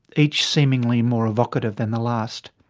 each seemingly more evocative than the last.